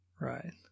Right